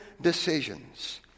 decisions